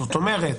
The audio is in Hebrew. זאת אומרת,